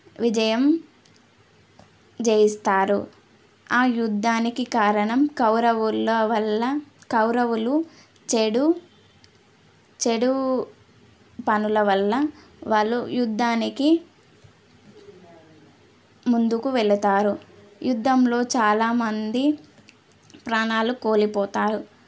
విజయం జయిస్తారు ఆ యుద్ధానికి కారణం కౌరవుల వల్ల కౌరవులు చెడు చెడు పనుల వలన వాళ్ళు యుద్దానికి ముందుకు వెళతారు యుద్ధంలో చాలామంది ప్రాణాలు కోల్పోతారు